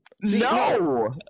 No